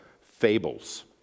fables